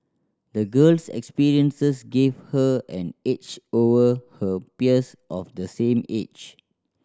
the girl's experiences gave her an edge over her peers of the same age